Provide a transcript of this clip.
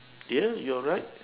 yeah you're right